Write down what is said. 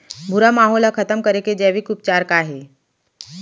भूरा माहो ला खतम करे के जैविक उपचार का हे?